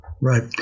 Right